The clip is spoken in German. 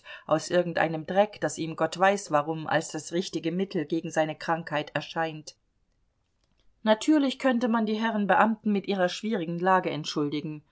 aus irgendeinem dreck das ihm gott weiß warum als das richtige mittel gegen seine krankheit erscheint natürlich könnte man die herren beamten mit ihrer schwierigen lage entschuldigen